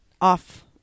off